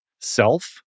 self